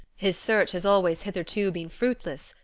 his search has always hitherto been fruitless,